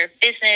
business